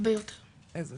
הרבה יותר טוב.